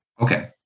okay